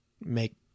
make